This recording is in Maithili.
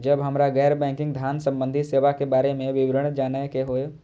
जब हमरा गैर बैंकिंग धान संबंधी सेवा के बारे में विवरण जानय के होय?